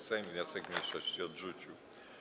Sejm wniosek mniejszości odrzucił.